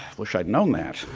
wish i'd known that.